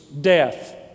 death